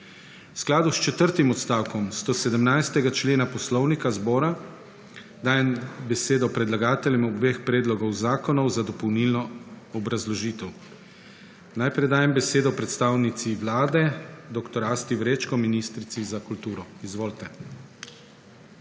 skladu s četrtim odstavkom 117. člena Poslovnika Državnega zbora dajem besedo predlagateljem obeh predlogov zakonov za dopolnilno obrazložitev. Najprej dajem besedo predstavnici Vlade dr. Asti Vrečko, ministrici za kulturo. Izvolite.